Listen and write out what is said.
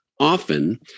often